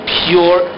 pure